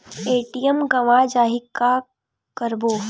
ATM गवां जाहि का करबो?